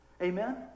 Amen